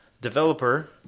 developer